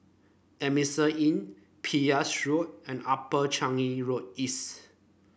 Adamson Inn Pepys Road and Upper Changi Road East